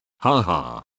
haha